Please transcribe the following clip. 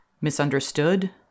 misunderstood